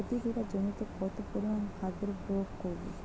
প্রতি বিঘা জমিতে কত পরিমান খাদ্য প্রয়োগ করব?